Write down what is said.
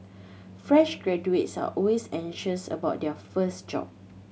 fresh graduates are always anxious about their first job